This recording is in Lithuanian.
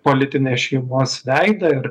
politinės šeimos veidą ir